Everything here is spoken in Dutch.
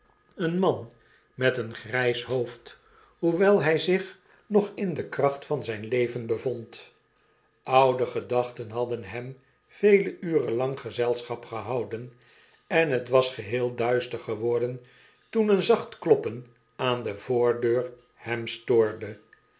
een man met een grijs hoofd hoewel hij zich nog in de kracht van zijn leven bevond otode gedachten hadden hem vele uren lang gezelschap gehouden en het was geheel duister geworden toen een zacht kloppen aan de voordeur hem stoorde